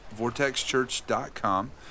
vortexchurch.com